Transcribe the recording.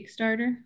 Kickstarter